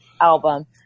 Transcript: album